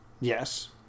Yes